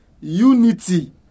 unity